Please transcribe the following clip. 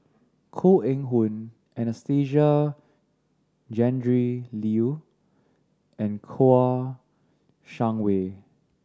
Koh Eng Hoon Anastasia Tjendri Liew and Kouo Shang Wei